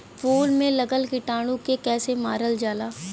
फूल में लगल कीटाणु के कैसे मारल जाला?